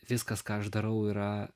viskas ką aš darau yra